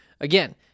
Again